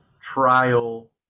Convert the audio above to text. trial